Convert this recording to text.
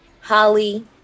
Holly